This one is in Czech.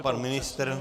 Pan ministr?